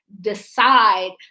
decide